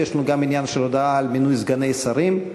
ויש לנו גם עניין של הודעה על מינוי סגני שרים.